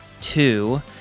Two